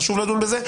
חשוב לדון בזה.